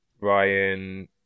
Ryan